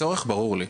הצורך ברור לי.